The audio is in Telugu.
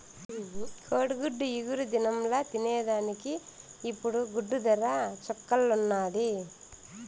కోడిగుడ్డు ఇగురు దినంల తినేదానికి ఇప్పుడు గుడ్డు దర చుక్కల్లున్నాది